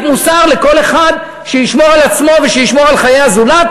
מוסר לכל אחד שישמור על עצמו ושישמור על חיי הזולת,